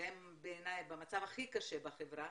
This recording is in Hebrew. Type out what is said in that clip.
והם בעיניי במצב הכי קשה בחברה,